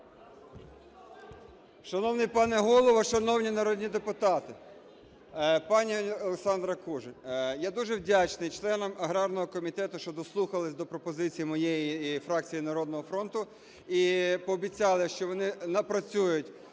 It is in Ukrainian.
Шановний пане Голово! Шановні народні депутати! Пані Олександра Кужель! Я дуже вдячний членам аграрного комітету, що дослухались до пропозиції фракції "Народного фронту" і пообіцяли, що вони напрацюють